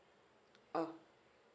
oh